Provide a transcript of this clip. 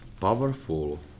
powerful